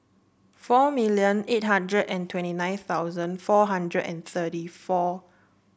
four million eight hundred and twenty nine thousand four hundred and thirty four